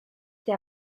der